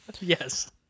yes